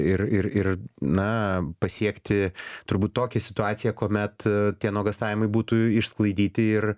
ir ir ir na pasiekti turbūt tokią situaciją kuomet tie nuogąstavimai būtų išsklaidyti ir